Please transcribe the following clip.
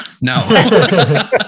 no